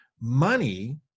money